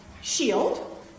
shield